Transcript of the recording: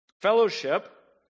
Fellowship